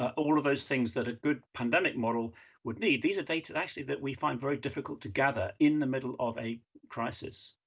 ah all of those things that a good pandemic model would need. these are data that actually, that we find very difficult to gather in the middle of a crisis.